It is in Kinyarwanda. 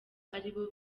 aribo